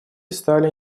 стали